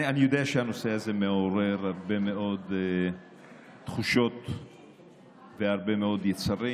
אני יודע שהנושא הזה מעורר הרבה מאוד תחושות והרבה מאוד יצרים,